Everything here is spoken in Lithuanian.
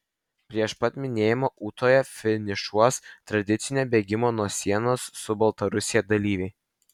prieš pat minėjimą ūtoje finišuos tradicinio bėgimo nuo sienos su baltarusija dalyviai